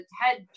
head